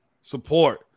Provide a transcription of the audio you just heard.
support